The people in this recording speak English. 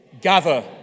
gather